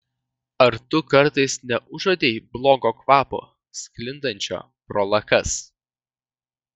ar tu kartais neužuodei blogo kvapo sklindančio pro lakas